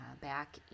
back